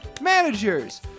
managers